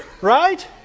Right